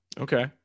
Okay